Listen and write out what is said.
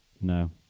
No